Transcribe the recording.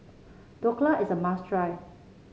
Dhokla is a must try